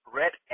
red